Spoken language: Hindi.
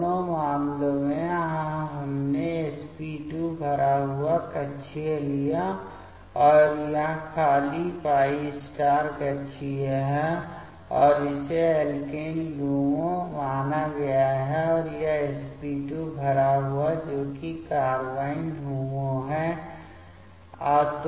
तो दोनों मामलों में तो यहाँ हमने sp2 भरा हुआ कक्षीय लिया है और यह खाली π कक्षीय है और इसे एल्केन LUMO माना गया है और यह sp2 भरा हुआ है जो कि कार्बाइन HOMO है